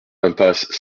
impasse